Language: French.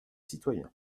citoyen